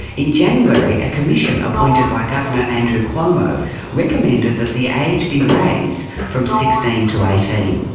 in january, a commission appointed by governor andrew cuomo recommended that the age be raised from sixteen to eighteen.